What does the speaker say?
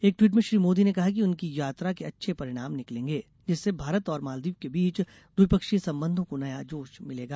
एक टवीट में श्री मोदी ने कहा कि उनकी यात्रा के अच्छे परिणाम निकलेंगे जिससे भारत और मालदीव के बीच द्विपक्षीय संबंधों को नया जोश मिलेगा